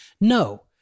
No